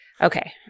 Okay